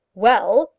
well?